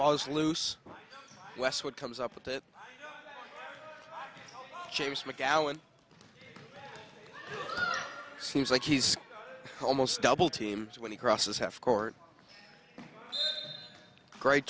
ball is loose westwood comes up with it james mcgowan it seems like he's almost double team when he crosses half court great